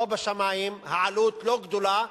לא בשמים, העלות לא גדולה,